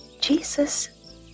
Jesus